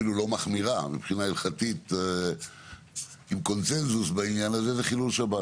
אפילו לא מחמירה, עם קונצנזוס, מדובר בחילול שבת.